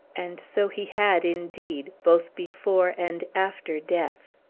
and so he had, indeed, both before and after death!